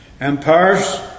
Empires